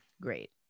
Great